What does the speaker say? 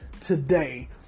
today